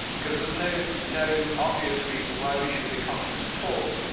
because there's no known obvious reason why we should be conscious at all,